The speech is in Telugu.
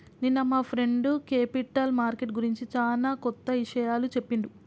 నిన్న మా ఫ్రెండు క్యేపిటల్ మార్కెట్ గురించి చానా కొత్త ఇషయాలు చెప్పిండు